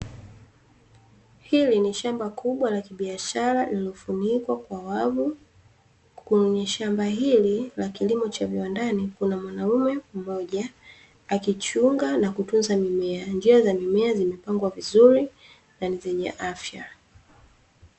Hili ni shamba kubwa la kibiashara lililofunikwa kwa wavu. Kwenye shamba hili la kilimo cha viwandani, kuna mwanaume mmoja akichunga na kutunza mimea. Njia za mimea zimepangwa vizuri na ni zenye afya.